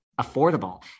affordable